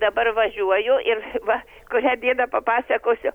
dabar važiuoju ir va kurią bėdą papasakosiu